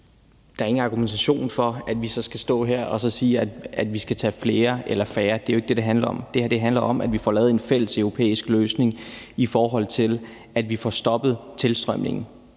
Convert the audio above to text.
skal ikke gå på, at vi skal stå her og så sige, at vi skal tage flere eller færre. Det er jo ikke det, det handler om. Det her handler om, at vi får lavet en fælles europæisk løsning, i forhold til at vi får stoppet tilstrømningen